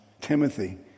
Timothy